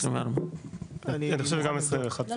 24. לא,